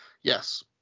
Yes